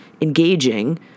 engaging